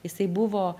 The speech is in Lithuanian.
jisai buvo